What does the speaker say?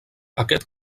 aquest